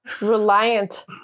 reliant